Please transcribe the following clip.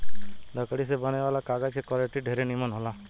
लकड़ी से बने वाला कागज के क्वालिटी ढेरे निमन होला